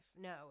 no